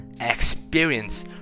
experience